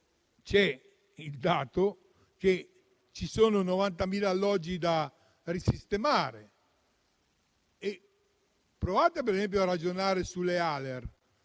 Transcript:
Ad esempio, ci sono 90.000 alloggi da risistemare. Provate per esempio a ragionare sulle